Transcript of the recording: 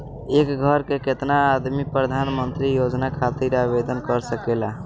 एक घर के केतना आदमी प्रधानमंत्री योजना खातिर आवेदन कर सकेला?